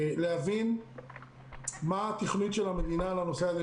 להבין מהי התוכנית של המדינה בהקשר הזה.